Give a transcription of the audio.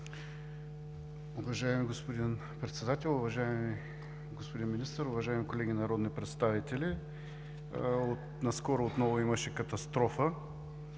Уважаеми господин Председател, уважаеми господин Министър, уважаеми колеги народни представители, наскоро отново имаше катастрофа,